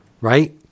right